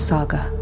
Saga